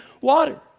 water